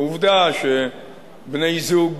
העובדה שבני-זוג